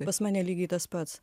pas mane lygiai tas pats